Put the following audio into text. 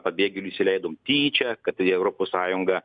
pabėgėlių įsileidom tyčia kad europos sąjunga